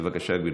בבקשה, גברתי.